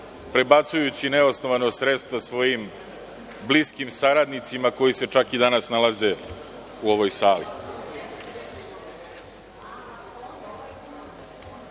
prebacujući neosnovana sredstva svojim bliskim saradnicima, koji se čak i danas nalaze u ovoj